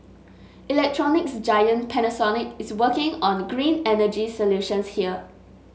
electronics giant Panasonic is working on green energy solutions here